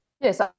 Yes